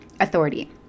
authority